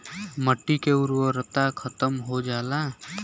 मट्टी के उर्वरता खतम हो जाला